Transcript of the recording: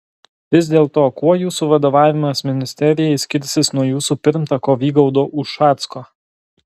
vis dėlto kuo jūsų vadovavimas ministerijai skirsis nuo jūsų pirmtako vygaudo ušacko